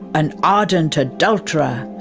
an ardent adulterer,